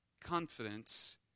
Confidence